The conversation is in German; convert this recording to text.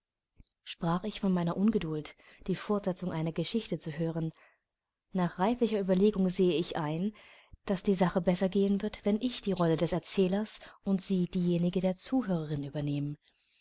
sprach ich von meiner ungeduld die fortsetzung einer geschichte zu hören nach reiflicher überlegung sehe ich ein daß die sache besser gehen wird wenn ich die rolle des erzählers und sie diejenige der zuhörerin übernehmen